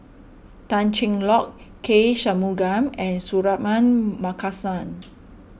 Tan Cheng Lock K Shanmugam and Suratman Markasan